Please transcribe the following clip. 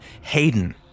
Hayden